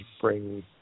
bring